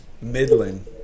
Midland